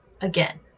again